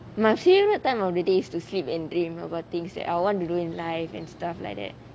my favourite time of the day is to sleep and dream about things I want to do in life